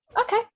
Okay